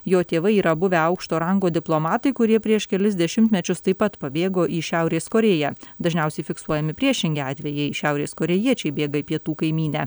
jo tėvai yra buvę aukšto rango diplomatai kurie prieš kelis dešimtmečius taip pat pabėgo į šiaurės korėją dažniausiai fiksuojami priešingi atvejai šiaurės korėjiečiai bėga į pietų kaimynę